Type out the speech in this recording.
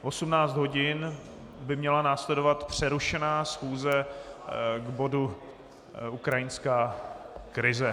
V 18 hodin by měla následovat přerušená schůze k bodu ukrajinská krize.